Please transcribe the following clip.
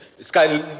Sky